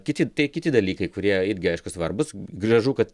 kiti tie kiti dalykai kurie irgi aišku svarbūs gražu kad